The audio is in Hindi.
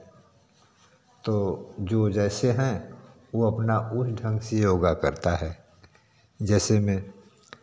तो जैसे हैं वे अपना उस ढंग से योग करता है जैसे में